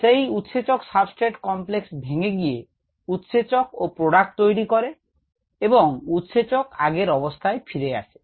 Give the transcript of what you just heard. সেই উৎসেচক substrate complex ভেঙ্গে গিয়ে উৎসেচক ও প্রোডাক্ট তৈরি করে এবং উৎসেচক আগের অবস্থায় ফিরে আসে